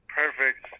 perfect